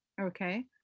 Okay